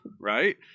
Right